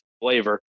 flavor